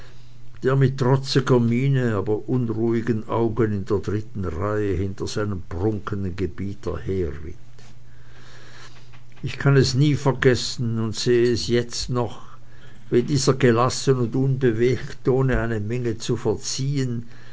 der mit trotziger miene aber unruhigen augen in der dritten reihe hinter seinem prunkenden gebieter herritt ich kann es nie vergessen und sehe es jetzt noch wie dieser gelassen und unbewegt ohne eine miene zu verziehen